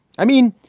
i mean,